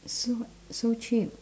so so cheap